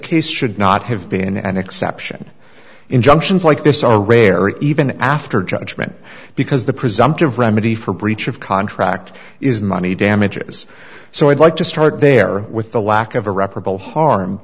case should not have been an exception injunctions like this are rare even after judgment because the presumptive remedy for breach of contract is money damages so i'd like to start there with the lack of irreparable harm